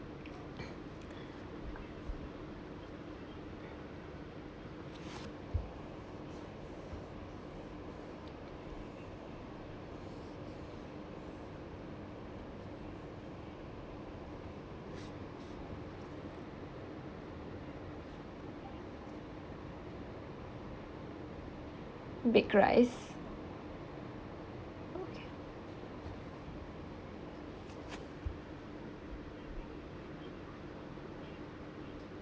big ry's okay